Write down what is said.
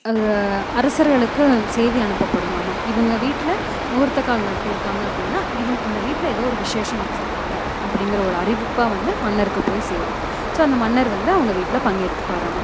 அது அரசர்களுக்கு செய்தி அனுப்பப்படுமாம் இவங்க வீட்டில் முகூர்த்த கால் நட்டுருக்காங்க அப்படின்னா இவங்க இந்த வீட்டில் ஏதோ ஒரு விசேஷம் வச்சுருக்காங்க அப்படிங்கிற ஒரு அறிவிப்பாக வந்து மன்னருக்கு போய் சேரும் ஸோ அந்த மன்னர் வந்து அவங்க வீட்டில் பங்கேற்றுப்பாராமாம்